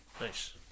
Nice